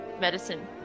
medicine